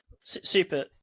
super